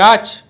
গাছ